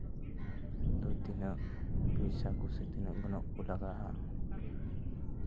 ᱟᱫᱚ ᱛᱤᱱᱟᱹᱜ ᱯᱚᱭᱥᱟ ᱠᱚᱥᱮ ᱛᱤᱱᱟᱹᱜ ᱜᱚᱱᱚᱝ ᱞᱟᱜᱟᱜᱼᱟ